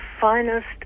finest